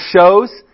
shows